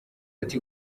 ati